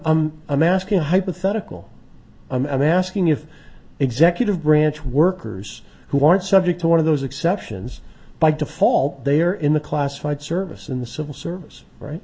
i'm i'm asking a hypothetical i'm asking if executive branch workers who aren't subject to one of those exceptions by default they are in the classified service in the civil service right